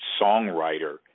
songwriter